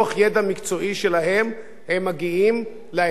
הם מגיעים לעמדה ולדעה הזאת.